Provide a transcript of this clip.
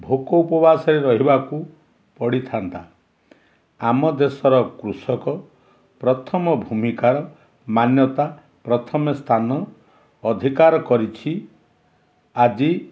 ଭୋକ ଉପବାସରେ ରହିବାକୁ ପଡ଼ିଥାନ୍ତା ଆମ ଦେଶର କୃଷକ ପ୍ରଥମ ଭୂମିକାର ମାନ୍ୟତା ପ୍ରଥମ ସ୍ଥାନ ଅଧିକାର କରିଛି ଆଜି